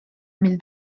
mil